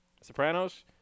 Sopranos